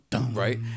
right